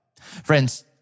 Friends